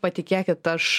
patikėkit aš